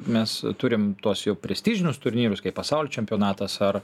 mes turim tuos jau prestižinius turnyrus kaip pasaulio čempionatas ar